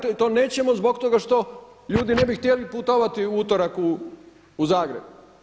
Ne, ali to nećemo zbog toga što ljudi ne bi htjeli putovati u utorak u Zagreb.